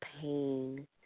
Pain